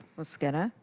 mosqueda.